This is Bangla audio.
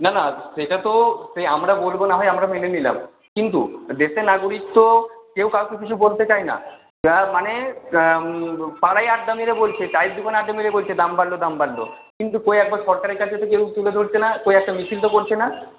না না সেটা তো সে আমরা বলবো না হয় আমরা মেনে নিলাম কিন্তু দেশের নাগরিক তো কেউ কাউকে কিছু বলতে চায় না যারা মানে পাড়ায় আড্ডা মেরে বলছে চায়ের দোকানে আড্ডা মেরে বলছে দাম বাড়ল দাম বাড়ল কিন্তু কই একবার সরকারের কাছে কেউ তুলে ধরছে না কই একটা মিছিল তো করছে না